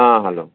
ହଁ ହ୍ୟାଲୋ